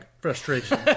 frustration